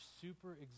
super